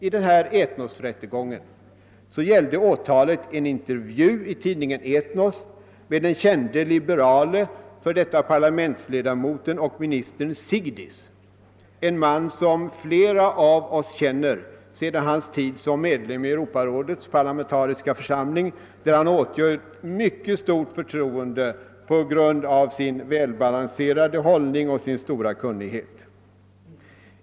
I Ethnosrättegången gällde åtalet en intervju i tidningen Ethnos med den kände liberale f. d. parlamentsledamoten och ministern Zigdis, en man som flera av oss känner sedan hans tid som medlem i Europarådets parlamentariska församling, där han åtnjöt mycket stort förtroende på grund av sin välbalanserade hållning och sin stora kunnighet.